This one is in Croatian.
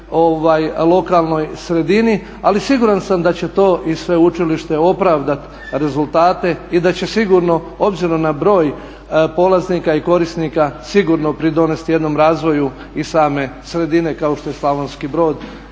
lokalnoj sredini. Ali siguran sam da će to i sveučilište opravdati rezultate i da će sigurno obzirom na broj polaznika i korisnika sigurno pridonesti i jednom razvoju i same sredine kao što je Slavonski Brod